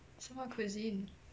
什么 cuisine